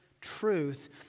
truth